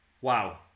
wow